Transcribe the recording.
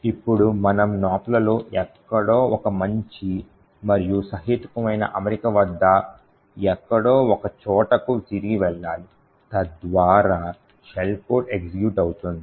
ఇప్పుడు మనం నాప్లలో ఎక్కడో ఒక మంచి మరియు సహేతుకమైన అమరిక వద్ద ఎక్కడో ఒకచోటకు తిరిగి వెళ్లాలి తద్వారా షెల్ కోడ్ ఎగ్జిక్యూట్ అవుతుంది